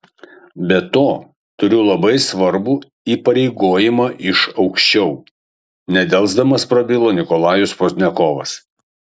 be to turiu labai svarbų įpareigojimą iš aukščiau nedelsdamas prabilo nikolajus pozdniakovas